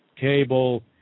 cable